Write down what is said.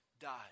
died